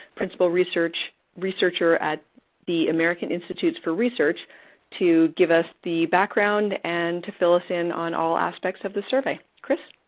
principal researcher at the american institutes for research to give us the background and to fill us in on all aspects of the survey. chris?